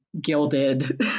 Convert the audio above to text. gilded